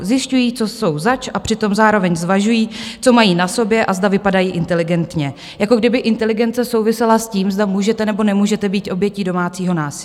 Zjišťují, co jsou zač, a přitom zároveň zvažují, co mají na sobě a zda vypadají inteligentně, jako kdyby inteligence souvisela s tím, zda můžete nebo nemůžete být obětí domácího násilí.